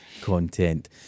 content